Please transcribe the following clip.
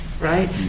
right